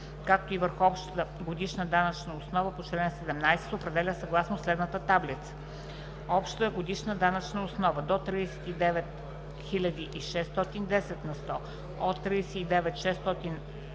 както и върху общата годишна данъчна основа по чл. 17 се определя съгласно следната таблица: Обща годишна данъчна основа до 39 600 лв. – 10%; от 39